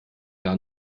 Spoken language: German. gar